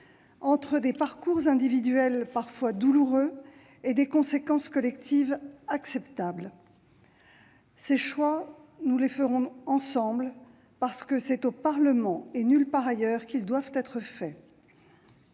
entre des parcours individuels, parfois douloureux, et des conséquences collectives acceptables. Ces choix, nous les ferons ensemble, parce que c'est au Parlement, et nulle part ailleurs, qu'ils doivent être faits.